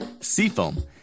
Seafoam